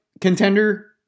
contender